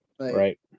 right